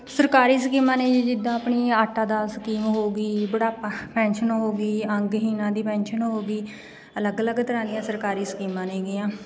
ਸਰਕਾਰੀ ਸਕੀਮਾਂ ਨੇ ਜੀ ਜਿੱਦਾਂ ਆਪਣੀ ਆਟਾ ਦਾਲ ਸਕੀਮ ਹੋ ਗਈ ਬੁਢਾਪਾ ਪੈਨਸ਼ਨ ਹੋ ਗਈ ਅੰਗਹੀਣਾਂ ਦੀ ਪੈਨਸ਼ਨ ਹੋ ਗਈ ਅਲੱਗ ਅਲੱਗ ਤਰ੍ਹਾਂ ਦੀਆਂ ਸਰਕਾਰੀ ਸਕੀਮਾਂ ਨੇਗੀਆਂ